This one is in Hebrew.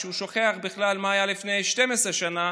כשהוא שוכח בכלל מה היה לפני 12 שנה,